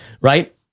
right